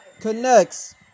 connects